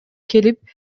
келип